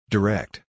Direct